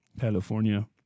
California